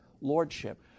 lordship